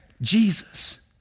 Jesus